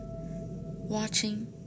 watching